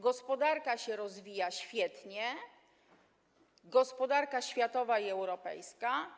Gospodarka się rozwija świetnie, gospodarka światowa i europejska.